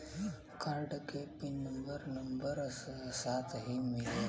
Card के pin number number साथही मिला?